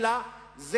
אלא מה?